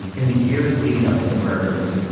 in the years leading up to the murders,